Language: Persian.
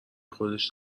خودش